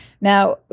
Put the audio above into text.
Now